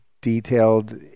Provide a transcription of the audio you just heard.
Detailed